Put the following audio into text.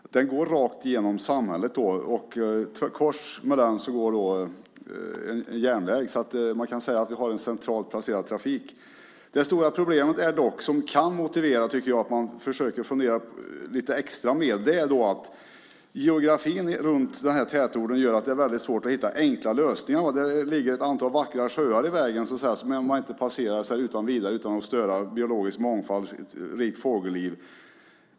Vägen går rakt genom samhället och korsar även en järnväg. Man kan alltså säga att vi har en centralt placerad trafik. Det stora problemet som kan motivera att man funderar lite extra är att geografin runt denna tätort gör det svårt att hitta enkla lösningar. Det ligger ett antal vackra sjöar i vägen, vilka man inte passerar utan att samtidigt störa den biologiska mångfalden och det rika fågellivet.